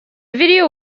video